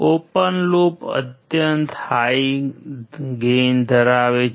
open loop અત્યંત high gain ધરાવે છે